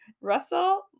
Russell